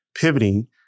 pivoting